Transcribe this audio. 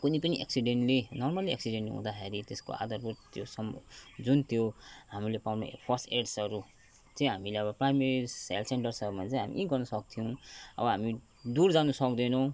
कुनै पनि accidentally normally accident हुँदाखेरि त्यसको आधारभुत त्यो सम जुन त्यो हामीले पाउने फर्स्ट एडहरू चाहिँ हामीले अब प्राइमेरी स् हेल्थ सेन्टर छ भने चाहिँ हामीले यही गर्नु सक्थ्यौँ अब हामी दूर जानु सक्दैनौँ